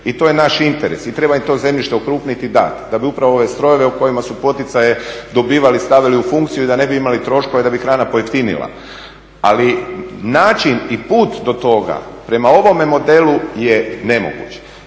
I to je naš interes i treba im to zemljište okrupniti, da, da bi upravo ove strojeve u kojima su poticaje dobivali stavili u funkciju i da ne imali troškove, da bi hrana pojeftinila. Ali način i put do toga prema ovome modelu je nemoguć